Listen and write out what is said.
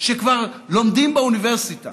וכבר לומדים באוניברסיטה,